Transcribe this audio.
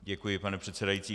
Děkuji, pane předsedající.